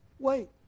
Wait